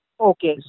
Okay